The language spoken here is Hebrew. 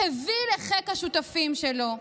הביא לחיק השותפים שלו.